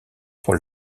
pour